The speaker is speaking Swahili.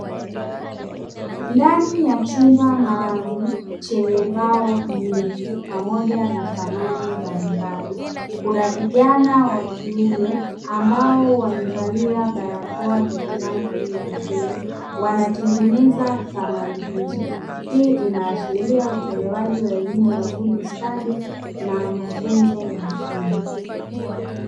Ndani ya chumba maalumu chenye mbao nyingi pamoja na samani mbalimbali, kuna vijana wa kiume ambao wamevalia barakoa zenye rangi ya bluu, wanatengeneza samani hizo, hii inaashiria utolewaji wa elimu ya ufundi stadi na mafunzo ya ufundi.